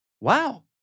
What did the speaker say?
wow